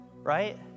right